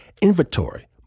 inventory